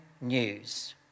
news